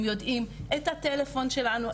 הם יודעים את הטלפון שלנו,